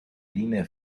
linee